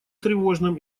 тревожным